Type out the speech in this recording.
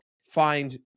find